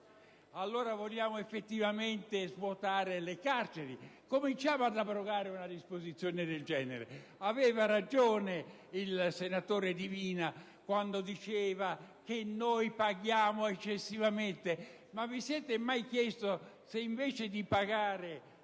*(PD)*. Vogliamo effettivamente svuotare le carceri? Cominciamo ad abrogare una disposizione del genere. Aveva ragione il senatore Divina quando diceva che noi paghiamo eccessivamente per ogni detenuto: ma vi siete mai chiesti se, invece di pagare